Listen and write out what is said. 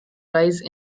rise